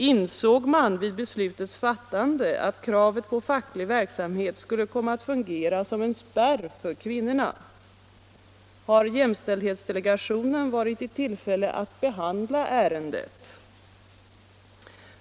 Insåg man vid beslutets fattande att kravet på facklig erfarenhet skulle komma att fungera som en spärr för kvinnorna? Har jämställdhetsdelegationen varit i tillfälle att behandla ärendet?